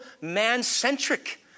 man-centric